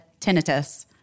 tinnitus